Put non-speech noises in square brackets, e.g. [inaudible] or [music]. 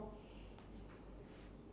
[breath]